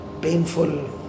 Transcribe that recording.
painful